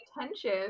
attention